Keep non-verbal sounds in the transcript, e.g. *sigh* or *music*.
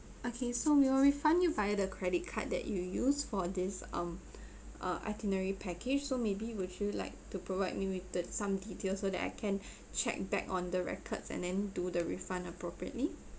okay so we will refund you via the credit card that you use for this um *breath* uh itinerary package so maybe would you like to provide me with the some details so that I can *breath* check back on the records and then do the refund appropriately